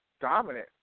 dominant